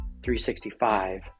365